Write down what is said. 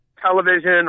television